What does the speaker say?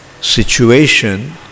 situation